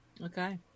okay